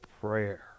prayer